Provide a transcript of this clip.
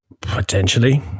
Potentially